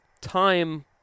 time